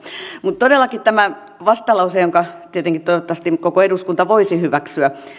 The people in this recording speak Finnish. mutta todellakin tämä vastalause jonka tietenkin toivottavasti koko eduskunta voisi hyväksyä